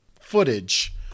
footage